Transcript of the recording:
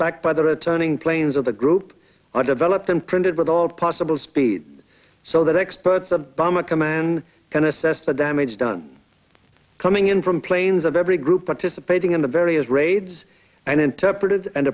back by the returning planes of the group are developed and printed with all possible speed so that experts the bomber command can assess the damage done coming in from planes of every group participating in the various raids and interpreted and